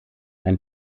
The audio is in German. ein